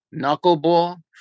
knuckleball